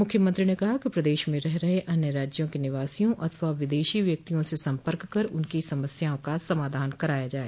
मुख्यमंत्री ने कहा कि प्रदेश में रह रहे अन्य राज्यों के निवासियों अथवा विदेशी व्यक्तियों से सम्पर्क कर उनकी समस्याओं का समाधान कराया जाए